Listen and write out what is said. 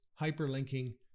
hyperlinking